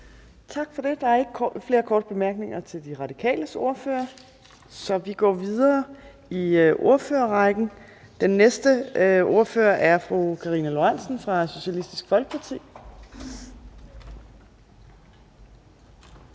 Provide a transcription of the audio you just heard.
Tak for det. Der er ikke flere korte bemærkninger til De Radikales ordfører, så vi går videre i ordførerrækken. Den næste ordfører er fru Karina Lorentzen Dehnhardt fra Socialistisk Folkeparti.